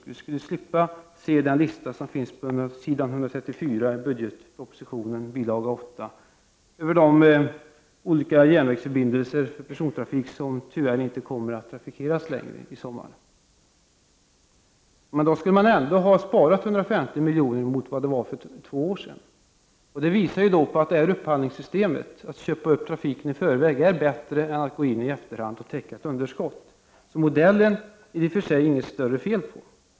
Vi skulle slippa se den lista som finns på s. 134 i budgetpropositionen, bilaga 8, över de olika järnvägsförbindelser för persontrafik som tyvärr inte kommer att trafikeras längre i sommar. Då skulle man ändå ha sparat 150 milj.kr. i förhållande till situationen för två år sedan. Det visar att detta upphandlingssystem, att köpa upp trafiken i förväg, är bättre än att gå in i efterhand och täcka ett underskott. Modellen är det i och för sig inget större fel på.